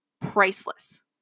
priceless